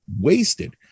wasted